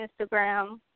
Instagram